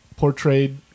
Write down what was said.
portrayed